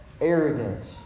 arrogance